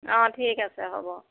অঁ ঠিক আছে হ'ব